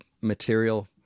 material